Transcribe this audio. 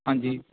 ਹਾਂਜੀ